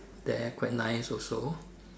there quite nice also